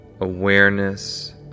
awareness